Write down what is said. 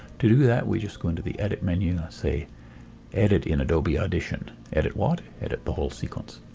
to do that we just go into the edit menu, say edit in adobe audition. edit what? edit the whole sequence.